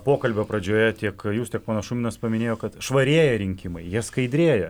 pokalbio pradžioje tiek jūs tiek ponas šuminas paminėjo kad švarieji rinkimai jie skaidrėja